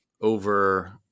over